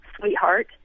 sweetheart